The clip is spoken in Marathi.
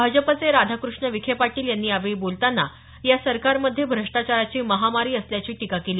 भाजपचे राधाकृष्ण विखे पाटील यांनी यावेळी बोलताना या सरकारमध्ये भ्रष्टाचाराची महामारी असल्याची टीका केली